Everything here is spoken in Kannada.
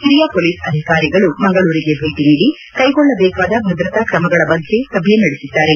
ಹಿರಿಯ ಮೊಲೀಸ್ ಅಧಿಕಾರಿಗಳು ಮಂಗಳೂರಿಗೆ ಭೇಟ ನೀಡಿ ಕೈಗೊಳ್ಳಬೇಕಾದ ಭದ್ರತಾ ಕ್ರಮಗಳ ಬಗ್ಗೆ ಸಭೆ ನಡೆಸಿದ್ದಾರೆ